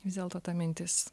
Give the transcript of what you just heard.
vis dėlto ta mintis